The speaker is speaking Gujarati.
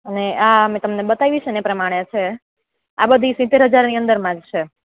ને આ મે તમને બતાવ્યું છે ને એ પ્રમાણે છે આ બધી સિત્તેર હજારની અંદરમાં છે